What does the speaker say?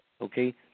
Okay